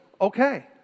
okay